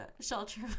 shelter